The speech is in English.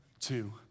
two